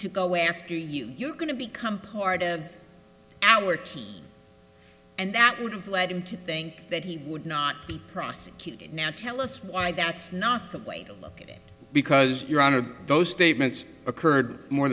away after you're going to become part of our team and that would have led him to think that he would not be prosecuted now tell us why that's not the way you look at it because your honor those statements occurred more